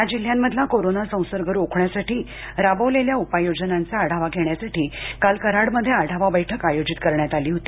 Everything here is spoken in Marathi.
या जिल्ह्यांमधला कोरोना संसर्ग रोखण्यासाठी राबविलेल्या उपाय योजनांचा आढावा घेण्यासाठी कालकराड येथे आढावा बैठक आयोजित केली होती